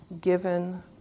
given